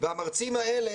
והמרצים האלה,